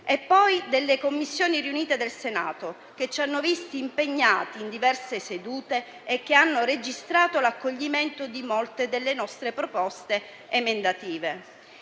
e poi delle Commissioni riunite del Senato, che ci hanno visti impegnati in diverse sedute e che hanno registrato l'accoglimento di molte nostre proposte emendative.